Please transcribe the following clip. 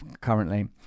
currently